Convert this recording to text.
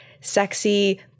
sexy